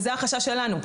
וזה החשש שלנו.